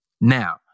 Now